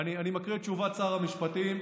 אני מקריא את תשובת שר המשפטים: